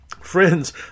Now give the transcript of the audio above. Friends